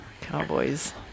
Cowboys